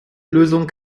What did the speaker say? lösung